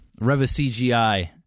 Rev-a-CGI